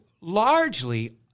largely